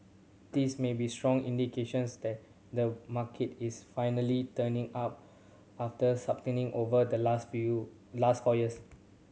this may be strong indications that the market is finally turning up after over the last few last four years